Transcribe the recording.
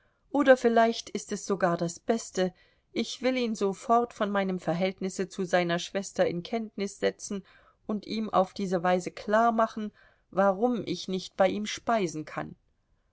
oder vielleicht ist es sogar das beste ich will ihn sofort von meinem verhältnisse zu seiner schwester in kenntnis setzen und ihm auf diese weise klarmachen warum ich nicht bei ihm speisen kann